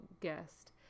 guest